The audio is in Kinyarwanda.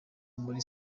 muri